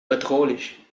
bedrohlich